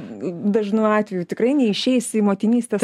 dažnu atveju tikrai neišeisi į motinystės